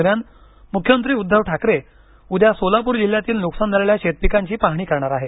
दरम्यान मुख्यमंत्री उद्धव ठाकरे उद्या सोलापूर जिल्ह्यातील नुकसान झालेल्या शेतपिकांची पाहणी करणार आहे